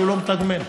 שלא מתגמל.